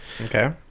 okay